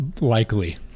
likely